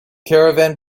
caravan